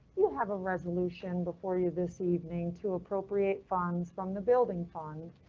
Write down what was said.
you have a resolution before you this evening to appropriate funds from the building fund,